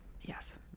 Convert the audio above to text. Yes